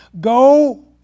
Go